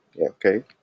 okay